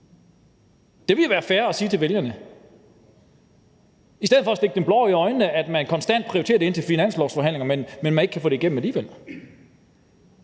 Det ville være fair at sige det til vælgerne i stedet for at stikke dem blår i øjnene og sige, at man konstant prioriterer det i finanslovsforhandlingerne, når man alligevel ikke kan få det igennem. Hvis der